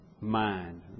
mind